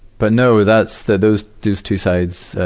but, no, that's the, those those two sides, ah,